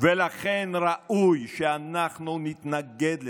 ולכן ראוי שאנחנו נתנגד לזה.